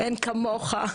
אין כמוך.